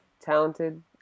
talented